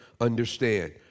understand